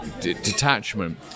detachment